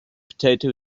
potato